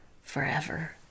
forever